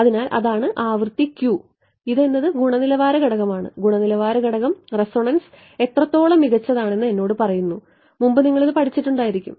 അതിനാൽ അതാണ് ആവൃത്തി Q ഇത് എന്നത് ഗുണനിലവാര ഘടകം ആണ് ഗുണനിലവാര ഘടകം റെസോണൻസ് എത്രത്തോളം മികച്ചതാണെന്ന് എന്നോട് പറയുന്നു മുമ്പ് നിങ്ങൾ ഇത് പഠിച്ചിട്ടുണ്ടായിരിക്കും